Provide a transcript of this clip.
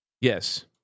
Yes